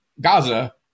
Gaza